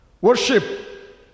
worship